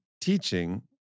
teaching